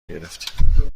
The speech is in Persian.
گرفتیم